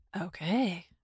Okay